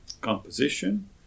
composition